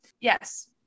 yes